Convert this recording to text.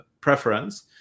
preference